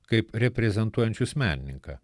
kaip reprezentuojančius menininką